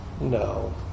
No